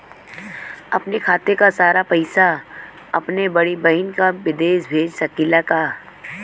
अपने खाते क सारा पैसा अपने बड़ी बहिन के विदेश भेज सकीला का?